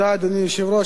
אדוני היושב-ראש,